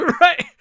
Right